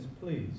please